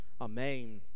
Amen